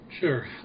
Sure